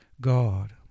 God